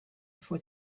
for